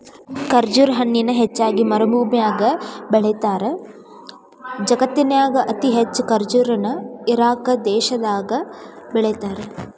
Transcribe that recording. ಖರ್ಜುರ ಹಣ್ಣನ ಹೆಚ್ಚಾಗಿ ಮರಭೂಮ್ಯಾಗ ಬೆಳೇತಾರ, ಜಗತ್ತಿನ್ಯಾಗ ಅತಿ ಹೆಚ್ಚ್ ಖರ್ಜುರ ನ ಇರಾಕ್ ದೇಶದಾಗ ಬೆಳೇತಾರ